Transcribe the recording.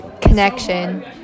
Connection